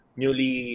newly